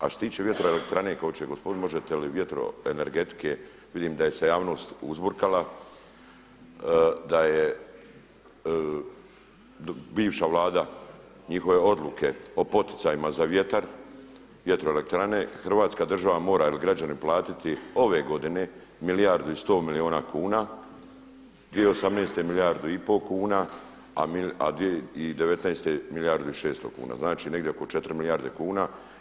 A što se tiče vjetroelektrane … možete li vjetro energetike, vidim da je se javnost uzburkala da je bivša vlada, njihove odluke o poticajima za vjetar, vjetroelektrane Hrvatska država mora ili građani platiti ove godine milijardu i 100 milijuna kuna, 2018. milijardu i pol kuna, a 2019. milijardu i 600 kuna, znači negdje oko 4 milijarde kuna.